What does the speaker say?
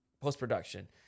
post-production